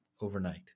overnight